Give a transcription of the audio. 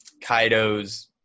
Kaido's